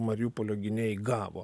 mariupolio gynėjai gavo